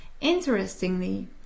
Interestingly